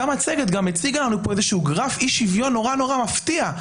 אותה מצגת גם הציגה לנו גרף אי-שוויון נורא-נורא מפתיע,